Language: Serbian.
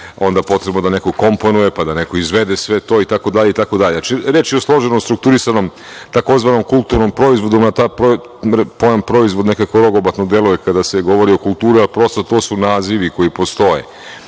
onda potrebno da neko komponuje, pa da neko izvede sve to, itd. Znači, reč je o složeno strukturisanom, tzv. kulturnom proizvodu. Pojam proizvod nekako rogobatno deluje kada se govori o kulturi, a prosto to su nazivi koji postoje.U